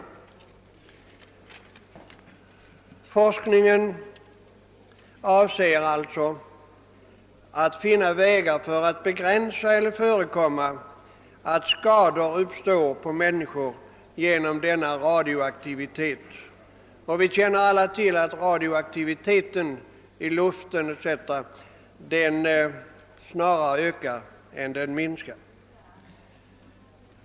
Forskningen avser alltså att finna vägar för att begränsa eller förekomma att skador genom denna radioaktivitet uppstår på människor. Vi känner alla till att radioaktiviteten i luften etc. snarare ökar än minskar.